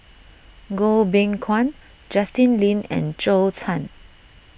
Goh Beng Kwan Justin Lean and Zhou Can